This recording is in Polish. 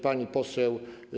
Pani Poseł!